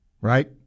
right